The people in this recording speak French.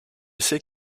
sais